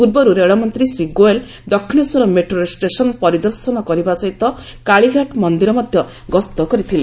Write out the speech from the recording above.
ପୂର୍ବରୁ ରେଳମନ୍ତ୍ରୀ ଶ୍ରୀଗୋଏଲ Dakshineswar metro station ପରିଦର୍ଶନ କରିବା ସହିତ କାଳିଘାଟ ମନ୍ଦିର ମଧ୍ୟ ଗସ୍ତ କରିଥିଲେ